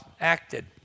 acted